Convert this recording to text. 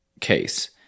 case